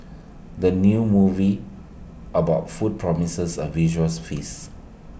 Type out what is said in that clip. the new movie about food promises A visual feast